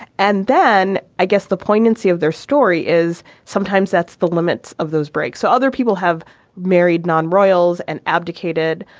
and then i guess the poignancy of their story is sometimes that's the limits of those break. so other people have married non royals and abdicated,